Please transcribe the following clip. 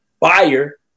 buyer